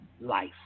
life